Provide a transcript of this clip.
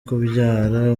kubyara